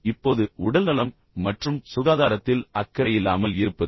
இப்போது உடல்நலம் மற்றும் சுகாதாரத்தில் அக்கறை இல்லாமல் இருப்பது